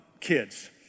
kids